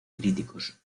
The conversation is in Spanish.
críticos